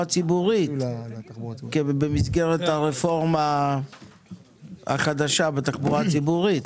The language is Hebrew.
ציבורית במסגרת הרפורמה החדשה בתחבורה הציבורית?